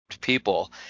people